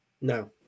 No